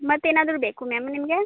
ಮತ್ತೇನಾದರೂ ಬೇಕಾ ಮ್ಯಾಮ್ ನಿಮಗೆ